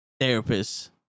therapist